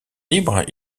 libre